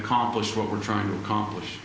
accomplish what we're trying to accomplish